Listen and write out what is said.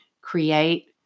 create